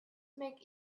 make